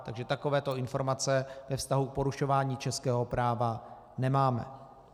Takže takovéto informace ve vztahu k porušování českého práva nemáme.